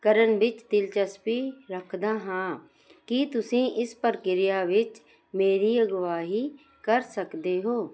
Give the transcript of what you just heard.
ਕਰਨ ਵਿੱਚ ਦਿਲਚਸਪੀ ਰੱਖਦਾ ਹਾਂ ਕੀ ਤੁਸੀਂ ਇਸ ਪ੍ਰਕਿਰਿਆ ਵਿੱਚ ਮੇਰੀ ਅਗਵਾਈ ਕਰ ਸਕਦੇ ਹੋ